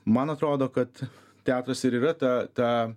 man atrodo kad teatras ir yra ta ta